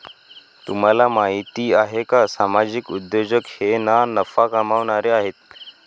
तुम्हाला माहिती आहे का सामाजिक उद्योजक हे ना नफा कमावणारे आहेत